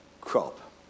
crop